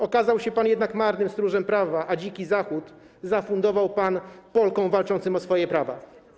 Okazał się pan jednak marnym stróżem prawa, a Dziki Zachód zafundował pan Polkom walczącym o swoje prawa.